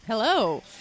Hello